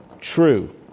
true